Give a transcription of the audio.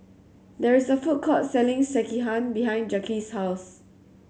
there is a food court selling Sekihan behind Jaquez's house